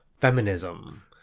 Feminism